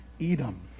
Edom